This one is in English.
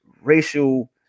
racial